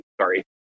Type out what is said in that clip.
sorry